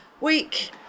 Week